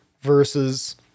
versus